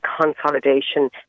consolidation